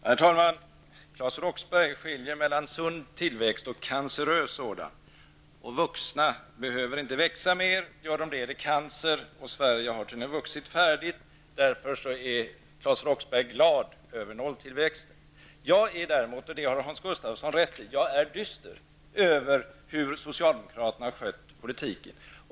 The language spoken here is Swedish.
Herr talman! Claes Roxbergh skiljer mellan sund tillväxt och cancerös sådan. Vuxna behöver inte växa mer, och om de gör det är det fråga om cancer. Sverige har tydligen vuxit färdigt, och därför är Claes Roxbergh glad över nolltillväxten. Jag däremot är -- och det har Hans Gustafsson rätt i -- dyster över hur socialdemokraterna har skött politiken.